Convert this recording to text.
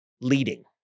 leading